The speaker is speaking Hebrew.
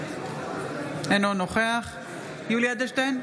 אינו נוכח יולי יואל אדלשטיין,